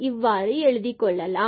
இவ்வாறு எழுதிக் கொள்ளலாம்